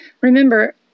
Remember